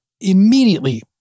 immediately